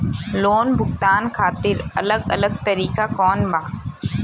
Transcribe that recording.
Loan भुगतान खातिर अलग अलग तरीका कौन बा?